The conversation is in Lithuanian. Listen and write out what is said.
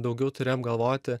daugiau turi apgalvoti